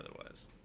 otherwise